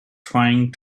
trying